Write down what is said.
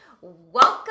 welcome